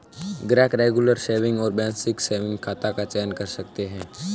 ग्राहक regular saving और basic saving खाता का चयन कर सकते है